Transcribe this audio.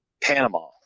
Panama